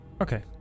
Okay